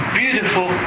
beautiful